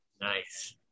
Nice